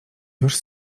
już